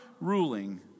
ruling